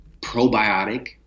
probiotic